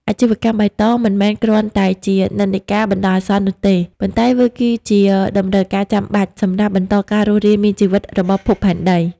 អាជីវកម្មបៃតងមិនមែនគ្រាន់តែជា "និន្នាការ" បណ្ដោះអាសន្ននោះទេ ប៉ុន្តែវាគឺជា "តម្រូវការចាំបាច់" សម្រាប់បន្តការរស់រានមានជីវិតរបស់ភពផែនដី។